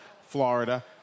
Florida